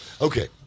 okay